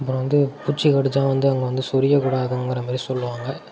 அப்புறம் வந்து பூச்சி கடிச்சால் வந்து அங்கே வந்து சொரியக் கூடாதுங்கிற மாதிரி சொல்லுவாங்க